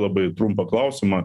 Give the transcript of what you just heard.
labai trumpą klausimą